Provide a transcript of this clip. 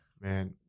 Man